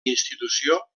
institució